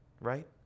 right